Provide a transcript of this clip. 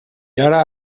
ara